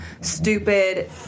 stupid